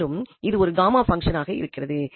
மேலும் இது ஒரு காமா பங்சன் இருக்கிறது